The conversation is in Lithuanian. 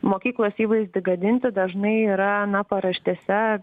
mokyklos įvaizdį gadinti dažnai yra na paraštėse